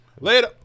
Later